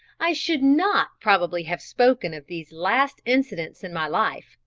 i should not probably have spoken of these last incidents in my life,